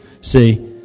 see